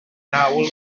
nghawl